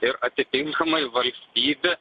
ir atitinkamai valstybė